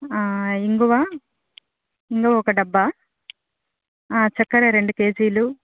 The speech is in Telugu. ఇంగువ ఇంగువ ఒక డబ్బా ఆ చక్కెర రెండు కేజీలు